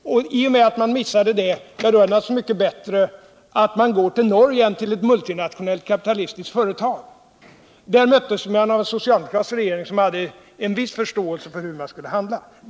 I och med att man missade det, var det naturligtvis mycket bättre att Volvo vände sig till Norge än till ett multinationellt kapitalistiskt företag. I Norge möttes man av en socialdemokratisk regering som hade en viss förståelse för hur man skulle handla.